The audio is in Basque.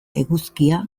eguzkia